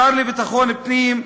השר לביטחון פנים,